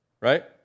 right